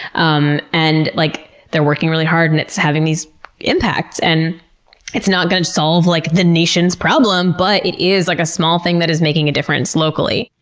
um and like they're working really hard and it's having these impacts. and it's not going to solve like the nation's problem but it is like a small thing that is making a difference locally.